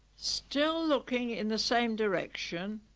still looking in the same direction.